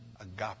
Agape